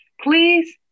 Please